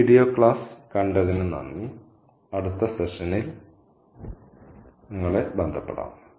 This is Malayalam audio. ഈ വീഡിയോ ക്ലാസ് കണ്ടതിന് നന്ദി അടുത്ത സെഷനിൽ ഞാൻ നിങ്ങളെ ബന്ധപ്പെടും